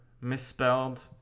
misspelled